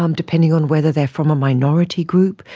um depending on whether they are from a minority group,